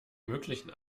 möglichen